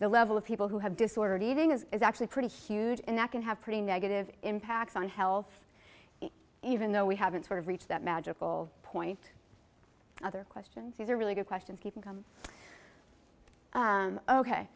the level of people who have disordered eating is actually pretty huge and that can have pretty negative impacts on health even though we haven't sort of reached that magical point other questions these are really good questions people come